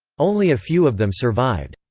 only a few of them survived.